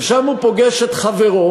ושם הוא פוגש את חברו,